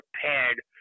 prepared